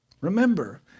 Remember